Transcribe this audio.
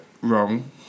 wrong